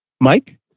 Mike